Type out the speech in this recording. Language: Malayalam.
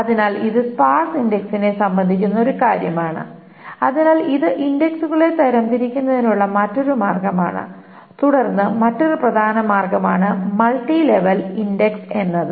അതിനാൽ ഇത് സ്പാർസ് ഇൻഡക്സിനെ സംബന്ധിക്കുന്ന ഒരു കാര്യമാണ് അതിനാൽ ഇത് ഇൻഡക്സുകളെ തരംതിരിക്കുന്നതിനുള്ള മറ്റൊരു മാർഗമാണ് തുടർന്ന് മറ്റൊരു പ്രധാന മാർഗ്ഗമാണ് മൾട്ടി ലെവൽ ഇൻഡക്സ് എന്നത്